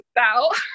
out